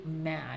mad